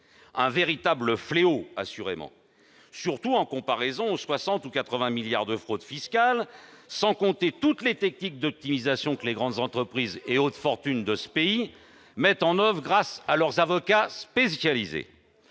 Un véritable fléau, assurément ! Surtout en comparaison des 60 à 80 milliards d'euros de fraude fiscale, sans compter toutes les techniques d'optimisation que les grandes entreprises et autres fortunes de ce pays mettent en oeuvre grâce à leurs avocats spécialisés.